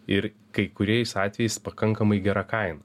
ir kai kuriais atvejais pakankamai gera kaina